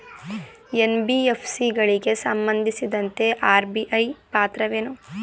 NBFC ಗಳಿಗೆ ಸಂಬಂಧಿಸಿದಂತೆ RBI ಪಾತ್ರವೇನು?